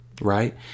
right